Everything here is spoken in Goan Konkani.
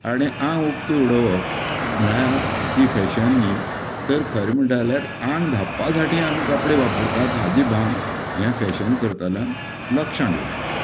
आनी आंग उगते उडोवप म्हणल्यार ती फॅशन न्ही तर खरें म्हणटा जाल्यार आंग धांपपासाटी आमी कपडे वापरतात हाची भान हें फॅशन करतलें लक्षण एक